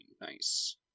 Nice